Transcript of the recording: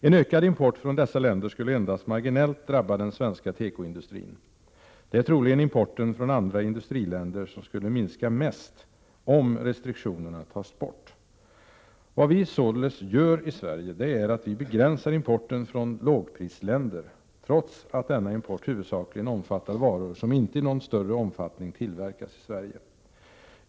En ökad import från dessa länder skulle endast marginellt drabba den svenska tekoindustrin. Det är troligen importen från andra industriländer som mest skulle minska om restriktionerna togs bort. Vad vi således nu gör i Sverige är att vi begränsar importen från lågprisländer, trots att denna import huvudsakligen omfattar varor som inte i någon större omfattning tillverkas i Sverige.